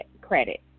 credit